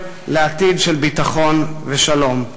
לעתיד של ביטחון ושלום.